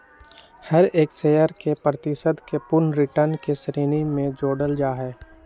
हर एक शेयर के प्रतिशत के पूर्ण रिटर्न के श्रेणी में जोडल जाहई